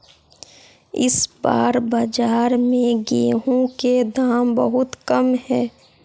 इस बार बाजार में गेंहू के दाम बहुत कम है?